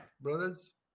brothers